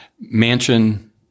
mansion